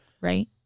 right